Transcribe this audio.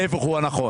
ההיפך הוא הנכון